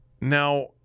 Now